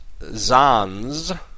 Zans